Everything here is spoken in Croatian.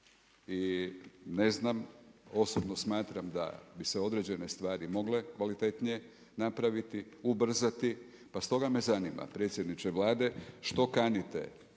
i ne znam, osobno smatram da bi se određene stvari mogle kvalitetnije napraviti, ubrzati. Pa stoga me zanima predsjedniče Vlade, što kanite